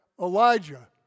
Elijah